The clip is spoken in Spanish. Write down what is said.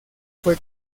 fue